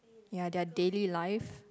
ya their daily life